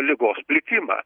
ligos plitimą